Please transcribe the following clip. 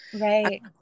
Right